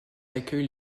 accueille